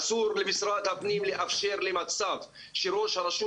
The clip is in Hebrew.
אסור למשרד הפנים לאפשר מצב שראש הרשות